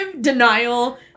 denial